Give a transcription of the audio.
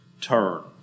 turn